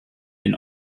den